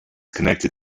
connected